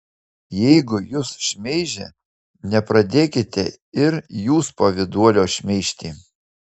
jeigu jus šmeižia nepradėkite ir jūs pavyduolio šmeižti